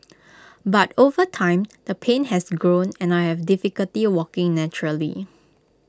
but over time the pain has grown and I have difficulty walking naturally